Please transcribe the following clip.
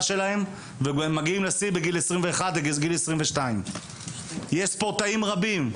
שלהם ומגיעים לשיא בגיל 21-22. יש ספורטאים רבים,